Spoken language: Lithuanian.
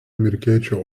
amerikiečių